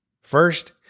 First